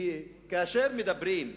כי כאשר מדברים,